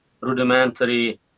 rudimentary